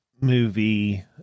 movie